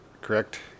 correct